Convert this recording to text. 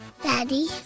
Daddy